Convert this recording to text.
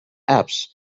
epps